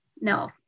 no